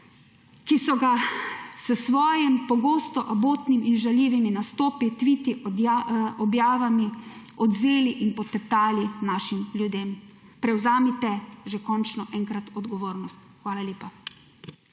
ki so ga s svojim pogosto abotnimi in žaljivimi nastopi, tviti objavami odvzeli in poteptali našim ljudem. Prevzemite že končno enkrat odgovornost! Hvala lepa.